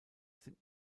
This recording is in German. sind